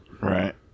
Right